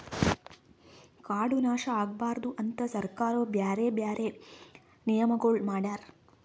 ಕಾಡು ನಾಶ ಆಗಬಾರದು ಅಂತ್ ಸರ್ಕಾರವು ಬ್ಯಾರೆ ಬ್ಯಾರೆ ನಿಯಮಗೊಳ್ ಮಾಡ್ಯಾರ್